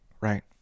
Right